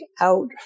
out